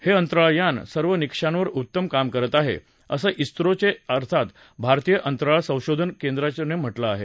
हे अंतराळ यान सर्व निकंषावर उत्तम काम करत आहे असं इस्रो अर्थात भारतीय अंतराळ संशोधन संस्थेनं म्हटलं आहे